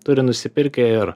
turi nusipirkę ir